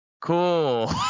cool